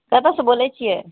कतऽ सऽ बोलै छियै